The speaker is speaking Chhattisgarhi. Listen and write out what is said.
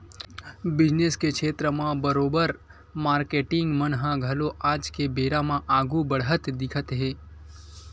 बिजनेस के छेत्र म बरोबर मारकेटिंग मन ह घलो आज के बेरा म आघु बड़हत दिखत हे